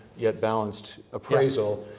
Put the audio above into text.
yet balanced, appraisal.